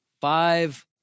Five